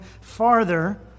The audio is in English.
farther